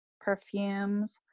perfumes